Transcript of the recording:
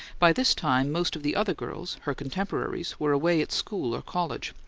by this time most of the other girls, her contemporaries, were away at school or college,